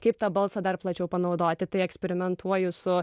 kaip tą balsą dar plačiau panaudoti tai eksperimentuoju su